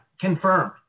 confirmed